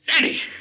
Danny